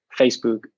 Facebook